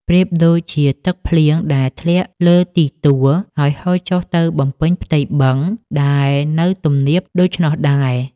ប្រៀបដូចជាទឹកភ្លៀងដែលធ្លាក់លើទីទួល ហើយហូរចុះទៅបំពេញផ្ទៃបឹងដែលនៅទំនាបដូច្នោះដែរ។